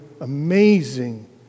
amazing